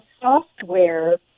software